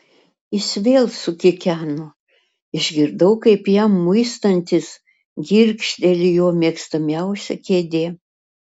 jis vėl sukikeno išgirdau kaip jam muistantis girgžteli jo mėgstamiausia kėdė